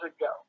ago